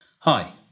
Hi